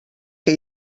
que